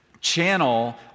channel